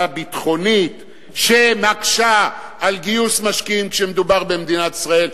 הביטחונית שמקשה על גיוס משקיעים כשמדובר במדינת ישראל.